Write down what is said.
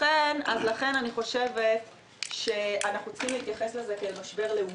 לכן אני חושבת שאנחנו צריכים להתייחס לזה כאל משבר לאומי.